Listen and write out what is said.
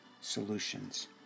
solutions